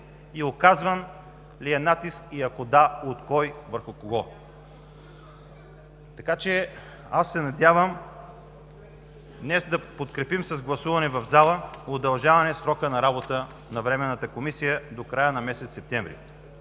и оказван ли е натиск, и ако да, от кой върху кого? Аз се надявам днес да подкрепим с гласуване в зала удължаване срока на работа на Временната комисия до края на месец септември.